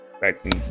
vaccine